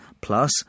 plus